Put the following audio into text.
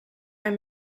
are